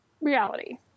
reality